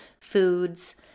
foods